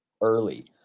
early